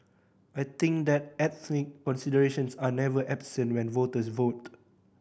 I think that ethnic considerations are never absent when voters vote